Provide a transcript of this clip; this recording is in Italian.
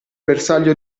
bersaglio